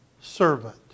servant